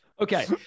okay